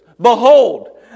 behold